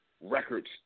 records